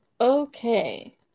okay